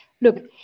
Look